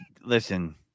listen